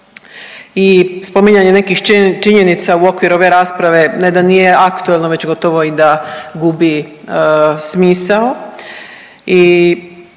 i spominjanje nekih činjenica u okviru ove rasprave ne da nije aktuelno već gotovo i da gubi smisao